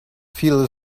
feel